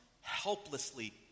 helplessly